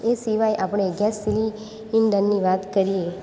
એ સિવાય આપણે ગેસ સિલિન્ડરની વાત કરીએ